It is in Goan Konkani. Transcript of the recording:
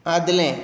आदलें